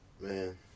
Man